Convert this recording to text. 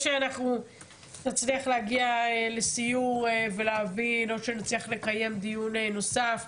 או שאנחנו נצליח להגיע לסיור ולהבין או שנצליח לקיים דיון נוסף,